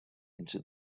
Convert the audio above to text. into